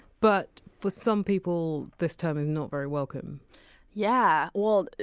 but for some people this term is not very welcome yeah, well,